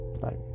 Bye